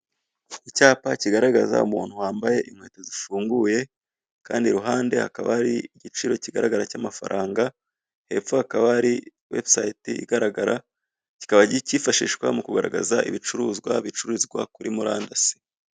Icyapa kigaragaza umuntu wambaye inkweto zifunguye kandi iruhande hakaba hari igiciro kigaragara cy'amafaranga hepfo hakaba hari website igaragara, kikaba kifashishwa mu kugaragaza ibicuruzwa bicururizwa kuri murandasi.